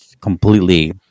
completely